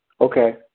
Okay